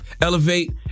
elevate